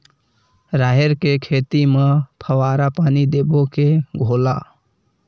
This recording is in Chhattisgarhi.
राहेर के खेती म फवारा पानी देबो के घोला?